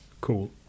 Cool